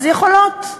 אז יכולות.